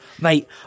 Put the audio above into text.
mate